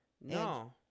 No